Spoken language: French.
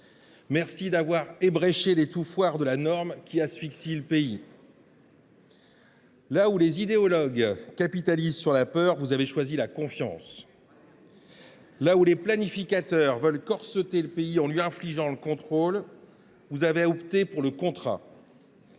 Merci d’avoir ébréché l’étouffoir de la norme qui asphyxie le pays. Là où les idéologues capitalisent sur la peur, vous avez choisi la confiance. Là où les planificateurs veulent corseter le pays en lui infligeant des mécanismes de contrôle, vous avez opté pour le contrat.